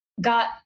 got